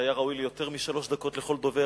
שהיה ראוי ליותר משלוש דקות לכל דובר.